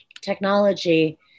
technology